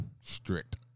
strict